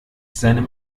seinem